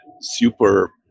super